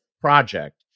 project